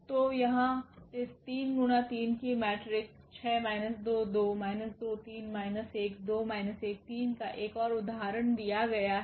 तो यहां इस 3 गुणा 3 के मेट्रिक्स का एक और उदाहरण दिया गया है